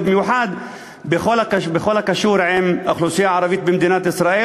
ובמיוחד בכל הקשור לאוכלוסייה הערבית במדינת ישראל,